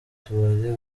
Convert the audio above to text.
tubari